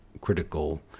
critical